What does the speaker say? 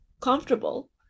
comfortable